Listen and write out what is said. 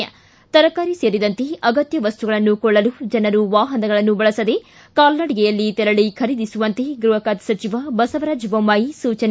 ತಿ ತರಕಾರಿ ಸೇರಿದಂತೆ ಅಗತ್ತ ವಸ್ತುಗಳನ್ನು ಕೊಳ್ಳಲು ಜನರು ವಾಹನಗಳನ್ನು ಬಳಸದೆ ಕಾಲ್ನಡಿಗೆಯಲ್ಲಿ ತೆರಳಿ ಖರೀದಿಸುವಂತೆ ಗೃಹ ಖಾತೆ ಸಚಿವ ಬಸವರಾಜ್ ಬೊಮ್ಖಾಯಿ ಸೂಚನೆ